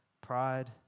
pride